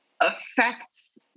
affects